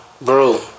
Bro